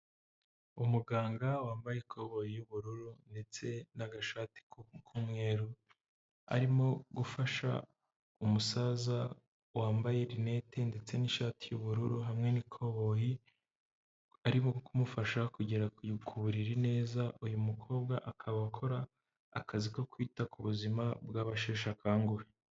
Umuganga wambaye ikoboyi y'ubururu ndetse nagashati k'umweru, arimo gufasha umusaza wambaye rinete ndetse n'ishati y'ubururu hamwe n'ikoboyi, arimo kumufasha kugera ku buriri neza, uyu mukobwa akaba akora akazi ko kwita ku buzima bw'abasheshe akanguhe.